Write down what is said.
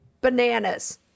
Bananas